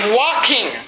walking